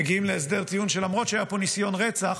מגיעים להסדר טיעון למרות שהיה פה ניסיון רצח,